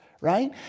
right